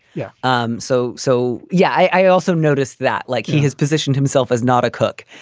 yeah. um so. so, yeah. i also noticed that like he has positioned himself as not a cook,